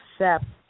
accept